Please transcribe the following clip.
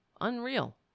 Unreal